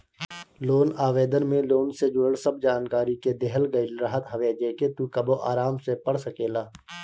loan आवेदन में loan से जुड़ल सब जानकरी के देहल गईल रहत हवे जेके तू कबो आराम से पढ़ सकेला